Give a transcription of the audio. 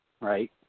right